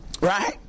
Right